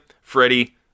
Freddie